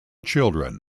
children